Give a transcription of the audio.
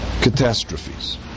catastrophes